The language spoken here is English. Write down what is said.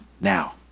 now